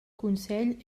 consell